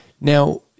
Now